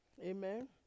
amen